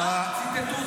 בהאג ציטטו אתכם.